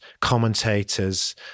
commentators